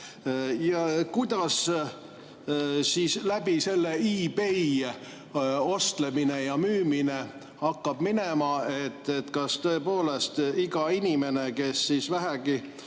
Kuidas siis läbi selle eBay ostlemine ja müümine hakkab minema? Kas tõepoolest iga inimene, kes vähegi